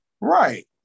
right